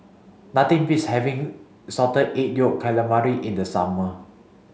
nothing beats having salted egg yolk calamari in the summer